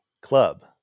club